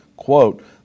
Quote